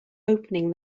opening